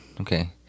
okay